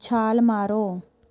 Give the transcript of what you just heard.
ਛਾਲ ਮਾਰੋ